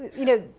you know,